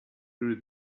through